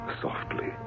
softly